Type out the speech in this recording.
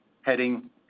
heading